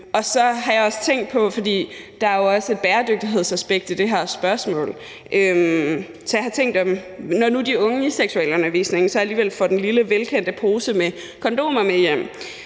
der jo også er et bæredygtighedsaspekt i det her spørgsmål, tænkt på, at når nu de unge i seksualundervisningen så alligevel får den lille velkendte pose med kondomer med hjem,